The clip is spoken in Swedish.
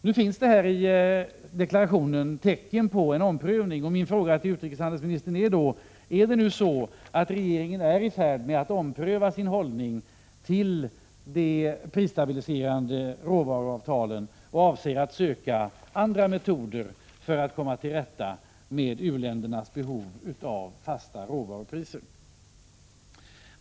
Nu finns det i deklarationen tecken på en omprövning. Min fråga till utrikeshandelsministern är: Är regeringen i färd med att ompröva sin hållning till de prisstabiliserande råvaruavtalen, och avser regeringen att söka andra metoder för att komma till rätta med u-ländernas behov av fasta råvarupriser?